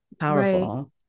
powerful